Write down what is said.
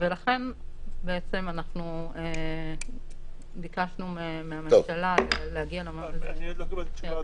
ולכן בעצם אנחנו ביקשנו מהממשלה להגיע --- אני עוד לא קיבלתי תשובה.